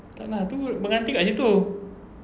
tak lah itu pengantin dekat situ